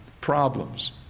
Problems